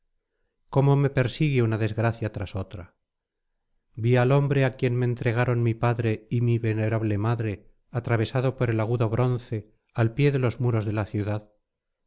cómo me persigue una desgracia tras otra vi al hombre á quien me entregaron mi padre y mi venerable madre atravesado por el agudo bronce al pie de los muros de la ciudad